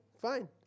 fine